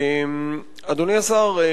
אדוני השר,